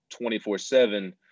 24-7